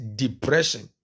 depression